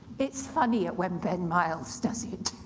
it's funnier when ben miles does it.